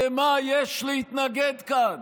למה יש להתנגד כאן?